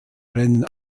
rennen